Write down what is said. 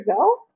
go